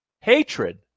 Hatred